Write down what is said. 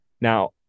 Now